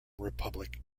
republic